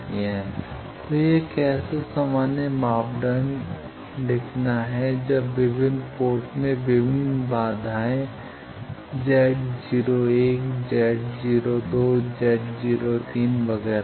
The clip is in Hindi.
तो यह है कि कैसे सामान्य मापदंड लिखना है जब विभिन्न पोर्ट में विभिन्न बाधाएं हैं Z01 Z02 Z03 वगैरह